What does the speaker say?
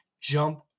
jump